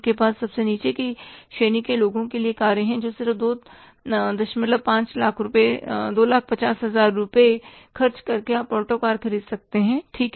उनके पास सबसे नीचे की श्रेणी के लोगों के लिए कारें हैं जो सिर्फ 25 लाख रुपये 250000 रुपये खर्च करके आप ऑल्टो कार ख़रीद सकते हैं ठीक